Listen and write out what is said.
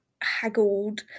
haggled